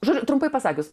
žodžiu trumpai pasakius